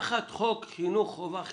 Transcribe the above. תחת חוק חינוך חובה חינם.